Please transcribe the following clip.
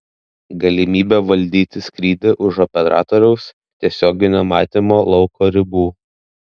galimybė valdyti skrydį už operatoriaus tiesioginio matymo lauko ribų